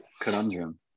conundrum